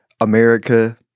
America